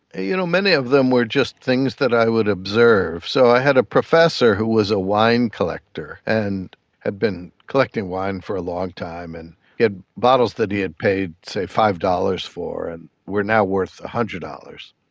you know many of them were just things that i would observe. so i had a professor who was a wine collector and had been collecting wine for a long time, and he had bottles that he had paid say five dollars for and were now worth one hundred dollars.